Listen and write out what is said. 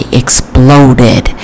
exploded